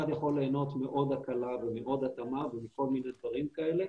יכול ליהנות מעוד הקלה ומעוד התאמה ומכל מיני דברים כאלה,